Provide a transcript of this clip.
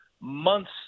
months